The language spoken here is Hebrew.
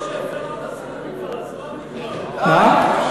היושב-ראש, הזמן, מה?